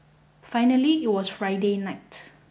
finally it was Friday night